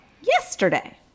yesterday